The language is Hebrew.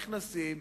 נכנסים,